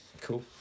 Cool